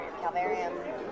Calvarium